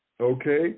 Okay